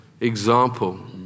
example